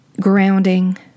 grounding